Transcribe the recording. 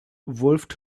wolfed